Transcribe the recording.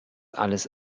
alles